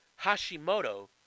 Hashimoto